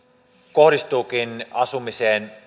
kohdistuukin asumiseen